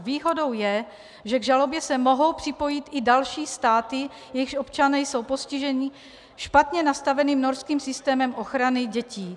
Výhodou je, že k žalobě se mohou připojit i další státy, jejichž občané jsou postiženi špatně nastaveným norským systémem ochrany dětí.